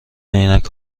عینک